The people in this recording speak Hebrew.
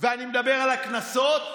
ואני מדבר על הקנסות,